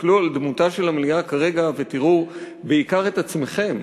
תסתכלו על דמותה של המליאה כרגע ותראו בעיקר את עצמכם,